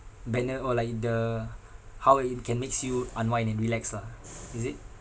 banner or like the how it can makes you unwind and relax lah is it